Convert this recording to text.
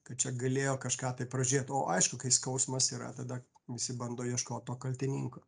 kad čia galėjo kažką tai pražėt o aišku kai skausmas yra tada visi bando ieškot to kaltininko